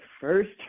first